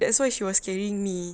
that's why she was carrying me